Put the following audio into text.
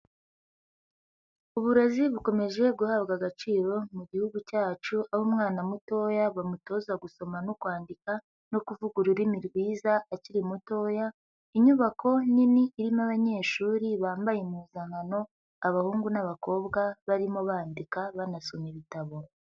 Uburezi bukomeje guhabwa agaciro mu gihugu cyacu aho umwana mutoya bamutoza gusoma no kwandika no kuvuga ururimi rwiza akiri mutoya, inyubako nini irimo abanyeshuri bambaye impuzankano abahungu n'abakobwa barimo bandika banasoma ibitabo.